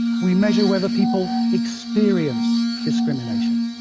we measure whether people experience discrimination.